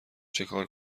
چیکار